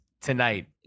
tonight